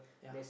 there's